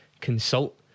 consult